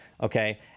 Okay